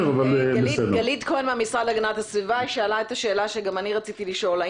שאלה שגם אני רציתי לשאול.